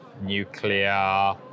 nuclear